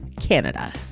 Canada